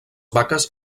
vaques